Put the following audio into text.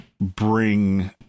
bring